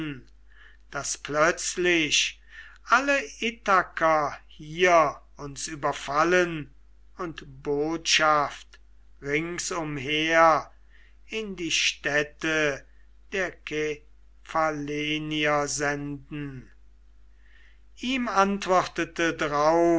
daß plötzlich alle ithaker hier uns überfallen und botschaft ringsumher in die städte der kephallenier senden ihm antwortete